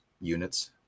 units